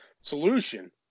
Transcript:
solution